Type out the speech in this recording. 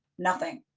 nothing.